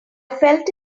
felt